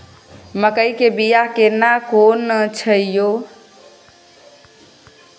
मकई के बिया केना कोन छै यो?